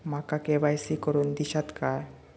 माका के.वाय.सी करून दिश्यात काय?